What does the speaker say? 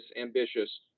ambitious